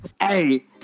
Hey